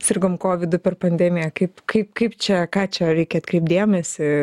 sirgom kovidu per pandemiją kaip kaip kaip čia ką čia reikia atkreipt dėmesį